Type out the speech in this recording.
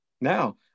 Now